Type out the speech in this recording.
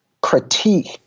critique